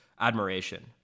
admiration